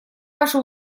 ваши